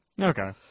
Okay